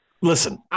Listen